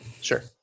Sure